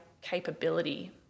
capability